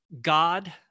God